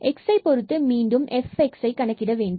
x பொருத்து மீண்டும் fxஐ கணக்கிட வேண்டும்